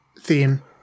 theme